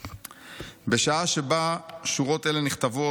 "בשעה שבה שורות אלה נכתבות,